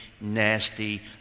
nasty